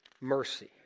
mercy